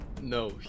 No